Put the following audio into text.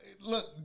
Look